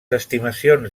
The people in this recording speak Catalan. estimacions